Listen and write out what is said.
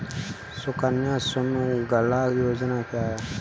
सुकन्या सुमंगला योजना क्या है?